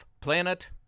planet